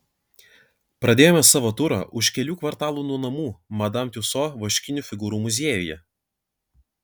pradėjome savo turą už kelių kvartalų nuo namų madam tiuso vaškinių figūrų muziejuje